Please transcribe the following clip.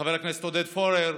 לחבר הכנסת עודד פורר,